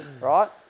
Right